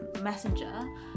Messenger